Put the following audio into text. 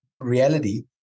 reality